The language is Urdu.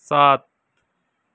سات